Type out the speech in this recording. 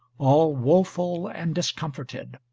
all woful and discomforted.